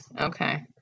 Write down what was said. Okay